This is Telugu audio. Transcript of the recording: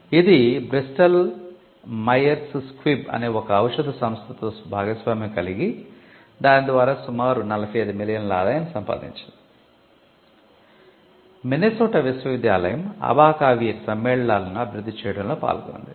ఇది బ్రిస్టల్ మైయర్స్ స్క్విబ్ సమ్మేళనాలను అభివృద్ధి చేయడంలో పాల్గొంది